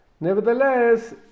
Nevertheless